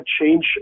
change